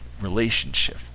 relationship